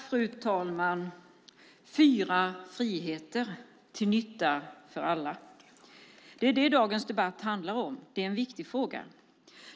Fru talman! Dagens debatt handlar om fyra friheter till nytta för alla. Det är en viktig fråga.